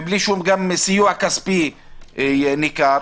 ובלי שום גם סיוע כספי ניכר,